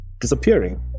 disappearing